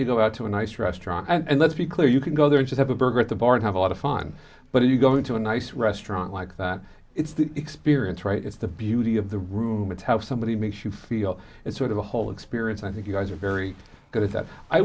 you go out to a nice restaurant and let's be clear you can go there and have a burger at the bar and have a lot of fun but if you go into a nice restaurant like that it's the experience right it's the beauty of the room to tell if somebody makes you feel it's sort of a whole experience i think you guys are very good at that i